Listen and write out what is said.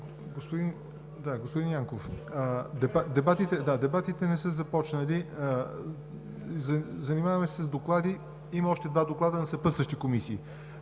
Господин Янков, дебатите не са започнали, занимаваме се с доклади – има още два доклада на съпътстващи комисии.